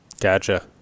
gotcha